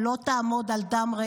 איך נהנינו,